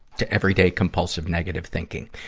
to everyday, compulsive negative thinking.